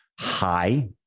high